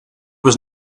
was